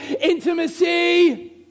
Intimacy